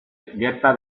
gerta